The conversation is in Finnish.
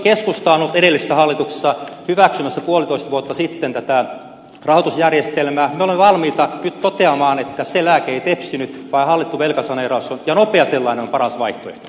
keskusta on ollut edellisessä hallituksessa hyväksymässä puolitoista vuotta sitten tätä rahoitusjärjestelmää mutta me olemme valmiita nyt toteamaan että se lääke ei tepsinyt vaan hallittu velkasaneeraus ja nopea sellainen on paras vaihtoehto